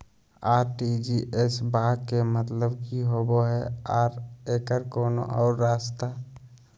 RTGS बा के मतलब कि होबे हय आ एकर कोनो और रस्ता?